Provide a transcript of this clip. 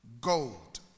Gold